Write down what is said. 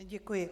Děkuji.